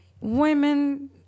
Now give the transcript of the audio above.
women